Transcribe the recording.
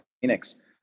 Phoenix